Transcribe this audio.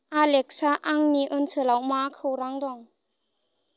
Alexa आंनि ओनसोलाव मा खौरां दं